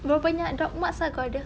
berapa banyak doc mart ah kau ada